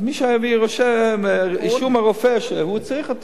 אז, מי שהביא אישור מהרופא שהוא צריך.